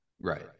right